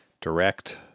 direct